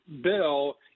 bill